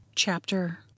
chapter